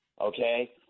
okay